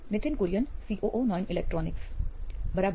Nithin Kurian COO નોઇન electronics બરાબર